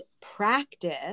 practice